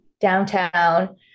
downtown